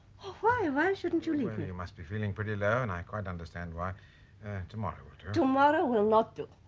oh why why shouldn't you leave. and you must be feeling pretty low and i quite understand why tomorrow will do tomorrow will not do